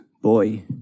boy